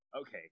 okay